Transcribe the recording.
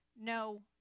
No